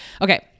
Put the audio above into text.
okay